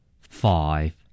Five